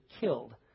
killed